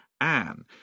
Anne